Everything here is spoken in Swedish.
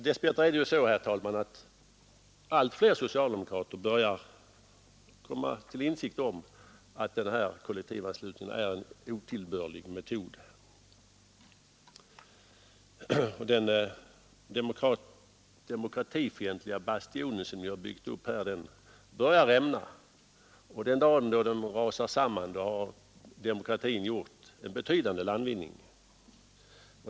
Dess bättre börjar, herr talman, allt fler socialdemokrater komma till insikt om att den här kollektivanslutningen är en otillbörlig metod. Den demokratifientliga bastion som ni har byggt upp här börjar rämna, och den dag då den rasar samman har demokratin gjort en betydande landvinning.